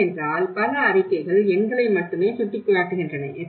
ஏனென்றால் பல அறிக்கைகள் எண்களை மட்டுமே சுட்டிக்காட்டுகின்றன